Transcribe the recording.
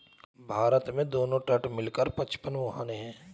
भारत में दोनों तट मिला कर पचपन मुहाने हैं